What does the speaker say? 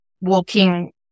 walking